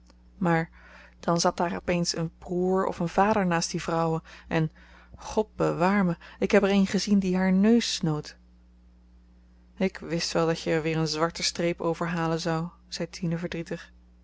maar dan zat daar op eens een broêr of een vader naast die vrouwen en godbewaarme ik heb er een gezien die haar neus snoot ik wist wel dat je er weer een zwarten streep over halen zou zei tine verdrietig